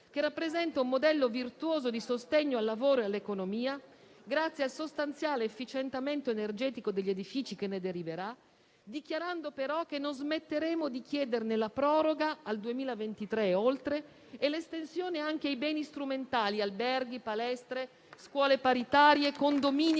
che rappresenta un modello virtuoso di sostegno al lavoro e all'economia, grazie al sostanziale efficientamento energetico degli edifici che ne deriverà, dichiarando, però, che non smetteremo di chiederne la proroga al 2023 e oltre e l'estensione anche ai beni strumentali: alberghi, palestre, scuole paritarie